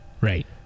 Right